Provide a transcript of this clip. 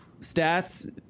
stats